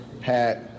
hat